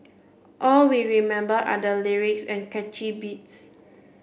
all we remember are the lyrics and catchy beats